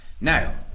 Now